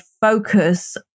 focus